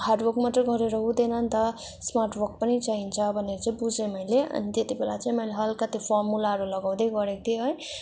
hard work मात्र गरेर हुँदैन नि त स्मार्ट वर्क पनि चाहिन्छ भनेर चाहिँ बुझेँ मैले अनि त्यति बेला चाहिँ मैले हल्का त्यो फर्मुलाहरू लगाउँदै गरेको थिएँ है